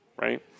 Right